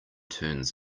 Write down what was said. turns